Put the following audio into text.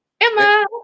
Emma